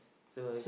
so I